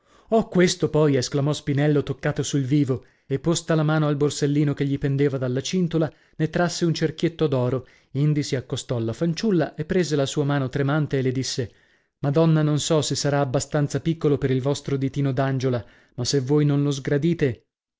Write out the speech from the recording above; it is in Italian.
oh questo poi esclamò spinello toccato sul vivo e posta la mano al borsellino che gli pendeva dalla cintola ne trasse un cerchietto d'oro indi si accostò alla fanciulla e prese la sua mano tremante e le disse madonna non so se sarà abbastanza piccolo per il vostro ditino d'angiola ma se voi non lo sgradite